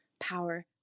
power